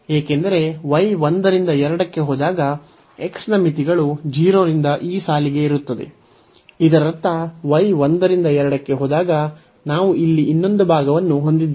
ಏಕೆಂದರೆ y 1 ರಿಂದ 2 ಕ್ಕೆ ಹೋದಾಗ x ನ ಮಿತಿಗಳು 0 ರಿಂದ ಈ ಸಾಲಿಗೆ ಇರುತ್ತದೆ ಇದರರ್ಥ y 1 ರಿಂದ 2 ಕ್ಕೆ ಹೋದಾಗ ನಾವು ಇಲ್ಲಿ ಇನ್ನೊಂದು ಭಾಗವನ್ನು ಹೊಂದಿದ್ದೇವೆ